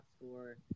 score